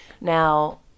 Now